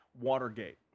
Watergate